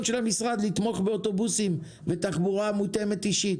של המשרד לתמוך באוטובוסים ובתחבורה מותאמת אישית.